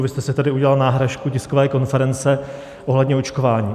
Vy jste si tady udělal náhražku tiskové konference ohledně očkování.